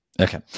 okay